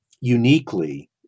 uniquely